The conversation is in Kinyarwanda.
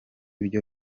byo